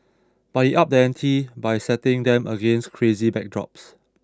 but he up the ante by setting them against crazy backdrops